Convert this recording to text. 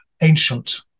ancient